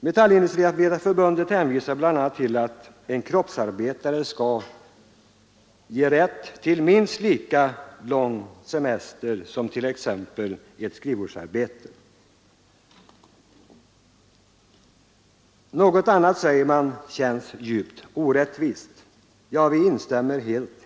Metallindustriarbetareförbundet hänvisar bl.a. till att ett kroppsarbete skall ge rätt till en minst lika lång semester som t.ex. skrivbordsarbete. Något annat, säger man, känns djupt orättvist. Vi instämmer helt.